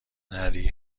نری